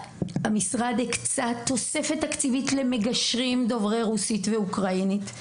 המשרד הקצה תוספת תקציבים למגשרים דוברי רוסית ואוקראינית,